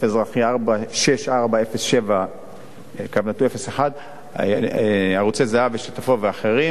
אזרחי 6407/01 "ערוצי זהב" ושות' ואח',